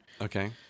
Okay